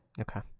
Okay